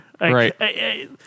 right